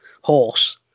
Horse